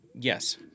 yes